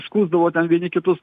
skųsdavo ten vieni kitus